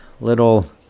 little